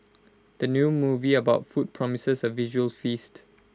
the new movie about food promises A visual feast